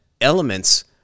elements